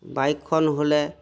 বাইকখন হ'লে